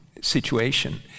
situation